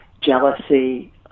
jealousy